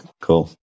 Cool